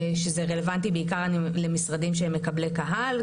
זה רלוונטי בעיקר למשרדים שהם מקבלי קהל,